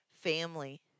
family